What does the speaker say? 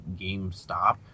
GameStop